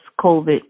covid